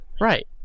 Right